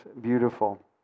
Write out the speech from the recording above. beautiful